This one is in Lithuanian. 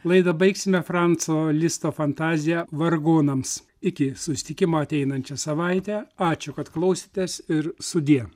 laidą baigsime franco listo fantazija vargonams iki susitikimo ateinančią savaitę ačiū kad klausėtės ir sudie